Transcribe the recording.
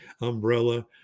umbrella